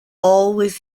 always